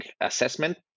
assessment